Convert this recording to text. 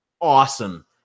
awesome